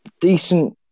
Decent